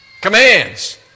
Commands